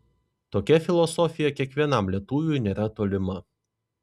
tokia filosofija kiekvienam lietuviui nėra tolima